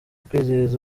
kwizihiza